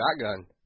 shotgun